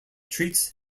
treats